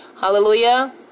hallelujah